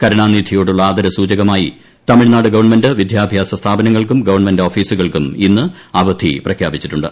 കരുണാനിധിയോടുള്ള ആദരസൂചകമായി തമിഴ്നാട് ഗവൺമെന്റ് വിദ്യാഭ്യാസ സ്ഥാപനങ്ങൾക്കും ഗവൺമെന്റ് ഔഫീസുകൾക്കും ഇന്ന് അവധി പ്രഖ്യാപിച്ചിട്ടുണ്ട്